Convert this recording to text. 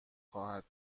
خواهد